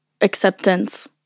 acceptance